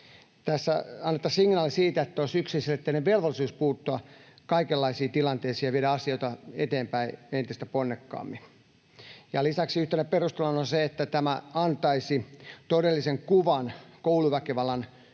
tässä annettaisiin signaali siitä, että olisi yksiselitteinen velvollisuus puuttua kaikenlaisiin tilanteisiin ja viedä asioita eteenpäin entistä ponnekkaammin. Lisäksi yhtenä perusteluna on se, että tämä antaisi todellisen kuvan kouluväkivallan